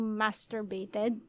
masturbated